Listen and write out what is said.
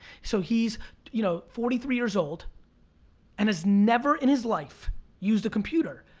so he's you know forty three years old and has never in his life used a computer.